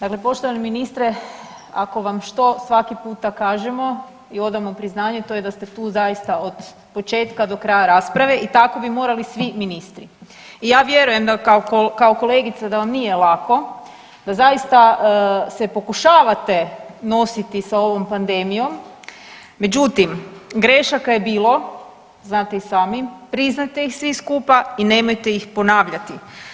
Dakle, poštovani ministre, ako vam što svaki puta kažemo i odamo priznanje to je da ste tu zaista od početka do kraja rasprave i tako bi morali svi ministri i ja vjerujem kao kolegica da vam nije lako, da zaista se pokušavate nositi sa ovom pandemijom, međutim grešaka je bilo, znate i sami, priznajte ih svi skupa i nemojte ih ponavljati.